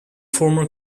former